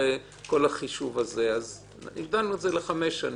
לכן הגדלנו את זה לחמש שנים.